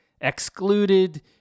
excluded